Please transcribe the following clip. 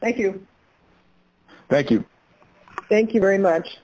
thank you thank you thank you very much